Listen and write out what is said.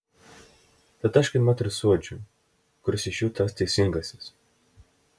tad aš kaipmat ir suuodžiu kuris iš jų tas teisingasis